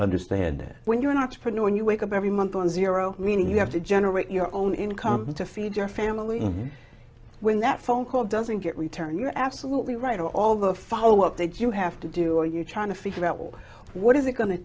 understand that when you're not to print when you wake up every month on zero meaning you have to generate your own income to feed your family and when that phone call doesn't get returned you're absolutely right or all the follow up that you have to do or you're trying to figure out well what is it going to